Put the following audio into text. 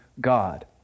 God